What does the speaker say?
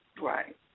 Right